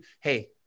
hey